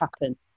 happen